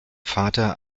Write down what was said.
vater